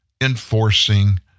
enforcing